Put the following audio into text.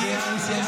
כן.